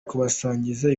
kubasangiza